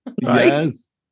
Yes